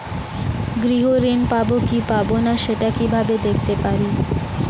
গৃহ ঋণ পাবো কি পাবো না সেটা কিভাবে দেখতে পারি?